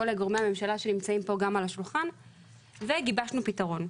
כל גורמי הממשלה שנמצאים פה גם על השולחן וגיבשנו פתרון.